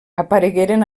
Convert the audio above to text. aparegueren